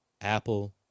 Apple